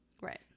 Right